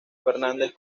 fernández